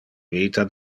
vita